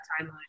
timeline